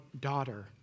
daughter